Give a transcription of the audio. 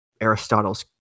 Aristotle's